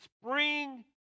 spring